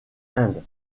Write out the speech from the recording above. end